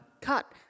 cut